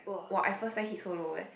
like !wah! I first time hit so low eh